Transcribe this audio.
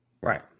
right